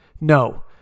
no